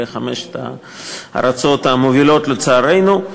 אלה חמש הארצות המובילות, לצערנו.